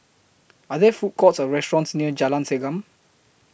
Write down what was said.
Are There Food Courts Or restaurants near Jalan Segam